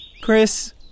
Chris